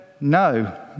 no